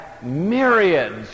myriads